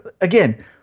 Again